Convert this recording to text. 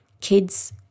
kids